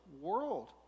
world